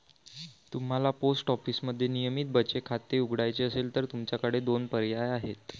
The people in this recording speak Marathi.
तुम्हाला पोस्ट ऑफिसमध्ये नियमित बचत खाते उघडायचे असेल तर तुमच्याकडे दोन पर्याय आहेत